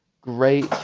great